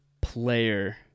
player